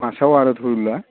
फार्स्टआव धरिला